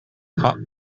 hot